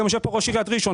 יושב כאן ראש עיריית ראשון,